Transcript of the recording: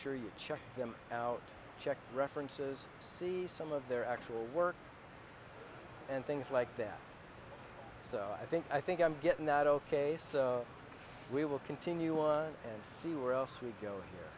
sure you check them out check references see some of their actual work and things like that so i think i think i'm getting that ok so we will continue one and see where else we go